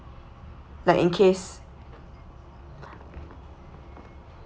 like in case